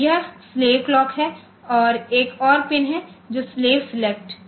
तो यह slave clock है और एक और पिन है जो स्लेव सेलेक्ट